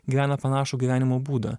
gyvena panašų gyvenimo būdą